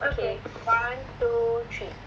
okay one two three